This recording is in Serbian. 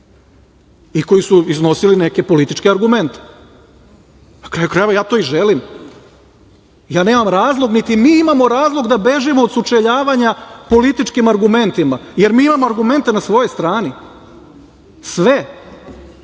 i koji su iznosili neke političke argumente. Na kraju krajeva ja to i želim. Ja nemam razlog niti mi imamo razlog da bežimo od sučeljavanja političkim argumentima, jer mi imamo argumente na svojoj strani sve,